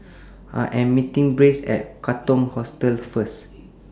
I Am meeting Bryce At Katong Hostel First